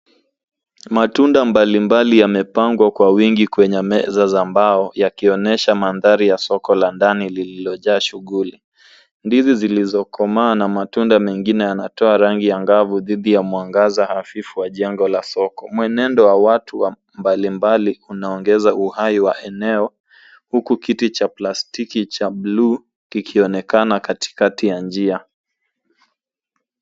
Matunda mbali mbali yamepangwa kwa wingi kwenye meza za mbao yakionyesha mandhari ya soko la ndani lililojaa shughuli. Ndizi zilizokomaa na matunda mengine yanatoa rangi angavu dhidi ya mwangaza hafifu wa jengo la soko. Mwenendo wa watu mbali mbali unaongeza uhai wa eneo huku kiti cha plastiki cha buluu kikionekana katikati ya njia.